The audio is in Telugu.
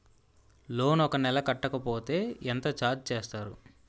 లోన్ ఒక నెల కట్టకపోతే ఎంత ఛార్జ్ చేస్తారు?